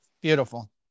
Beautiful